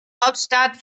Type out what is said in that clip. hauptstadt